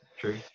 True